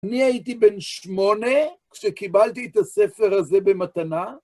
אני הייתי בן שמונה, כשקיבלתי את הספר הזה במתנה.